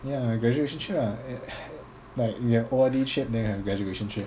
ya graduation trip ah like we have O_R_D trip then we have graduation trip